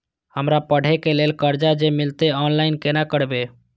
हमरा पढ़े के लेल कर्जा जे मिलते ऑनलाइन केना करबे?